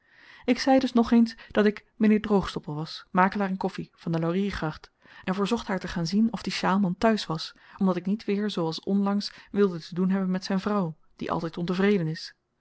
ik zei dus nogeens dat ik m'nheer droogsstoppel was makelaar in koffi van de lauriergracht en verzocht haar te gaan zien of die sjaalman thuis was omdat ik niet weer zooals onlangs wilde te doen hebben met zyn vrouw die altyd ontevreden is